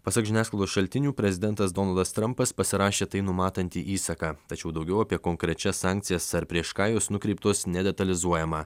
pasak žiniasklaidos šaltinių prezidentas donaldas trampas pasirašė tai numatantį įsaką tačiau daugiau apie konkrečias sankcijas ar prieš ką jos nukreiptos nedetalizuojama